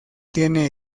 tiene